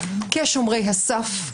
כשומרי הסף,